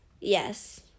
Yes